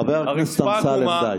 חבר הכנסת אמסלם, די.